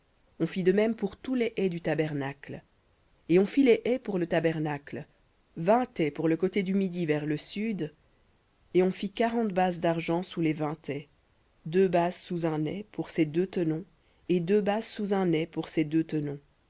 on fit de même pour tous les ais du tabernacle et on fit les ais pour le tabernacle vingt ais pour le côté du midi vers le sud et on fit quarante bases d'argent sous les vingt ais deux bases sous un ais pour ses deux tenons et deux bases sous un ais pour ses deux tenons